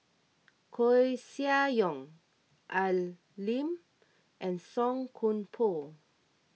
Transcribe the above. Koeh Sia Yong Al Lim and Song Koon Poh